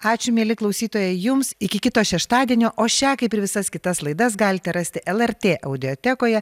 ačiū mieli klausytojai jums iki kito šeštadienio o šią kaip ir visas kitas laidas galite rasti lrt audiotekoje